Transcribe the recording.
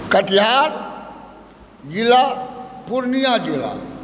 कटिहार जिला पूर्णिया जिला